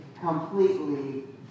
completely